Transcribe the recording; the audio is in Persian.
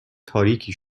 تاریکی